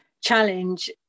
challenge